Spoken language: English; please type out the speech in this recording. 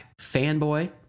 Fanboy